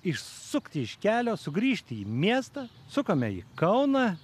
išsukti iš kelio sugrįžti į miestą sukame į kauną